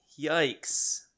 Yikes